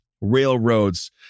railroads